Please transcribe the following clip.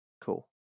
Cool